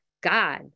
God